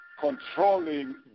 controlling